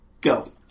go